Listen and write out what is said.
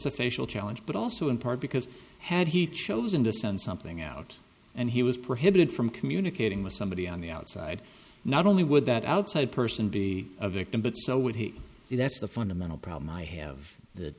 facial challenge but also in part because had he chosen to send something out and he was prohibited from communicating with somebody on the outside not only would that outside person be a victim but so would he that's the fundamental problem i have that